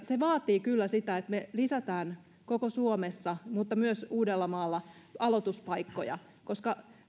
se vaatii kyllä sitä että me lisäämme koko suomessa mutta myös uudellamaalla aloituspaikkoja koska